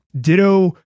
Ditto